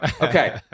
Okay